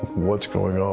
what's going on